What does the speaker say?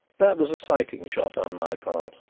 that was a sighting shot on my part.